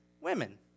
women